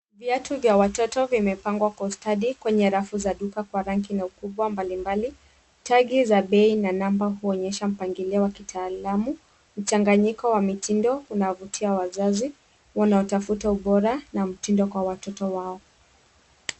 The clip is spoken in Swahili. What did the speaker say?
Viatu vya watoto vimepangwa kwa ustadi kwenye rafu ya duka kwa rangi na ukubwa mbalimbali. Tag za bei na namba huonyesha mpangilio wa kitaalamu, mchanganyiko wa mitindo unaovutia wazazi wanaotafuta ubora na mitindo kwa watoto wao.